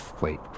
Wait